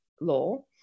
law